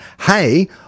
hey